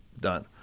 done